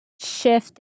shift